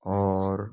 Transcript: और